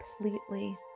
completely